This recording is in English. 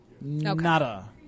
nada